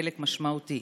חלק משמעותי.